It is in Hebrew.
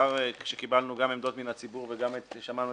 לאחר שקיבלנו עמדות מן הציבור וגם שמענו